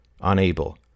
unable